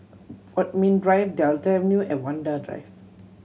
Bodmin Drive Delta Avenue and Vanda Drive